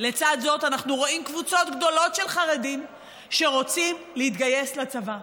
לצד זאת אנחנו רואים קבוצות גדולות של חרדים שרוצים להתגייס לצבא.